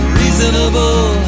reasonable